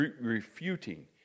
refuting